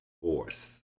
force